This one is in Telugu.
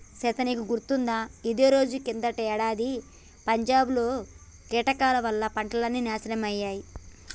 సీత నీకు గుర్తుకుందా ఇదే రోజు కిందటేడాది పంజాబ్ లో కీటకాల వల్ల పంటలన్నీ నాశనమయ్యాయి